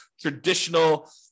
traditional